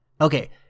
okay